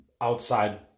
outside